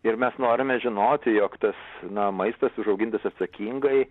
ir mes norime žinoti jog tas na maistas užaugintas atsakingai